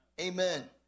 Amen